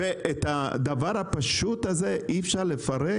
ואת הדבר הפשוט הזה אי אפשר לפרק?